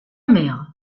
mère